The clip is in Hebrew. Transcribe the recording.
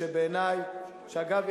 שאגב,